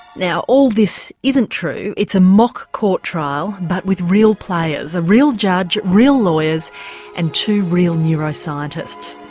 now all this isn't true. it's a mock court trial but with real players a real judge, real lawyers and two real neuroscientists.